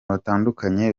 batandukanye